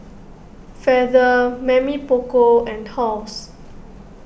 Feather Mamy Poko and Halls